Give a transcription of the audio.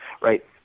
right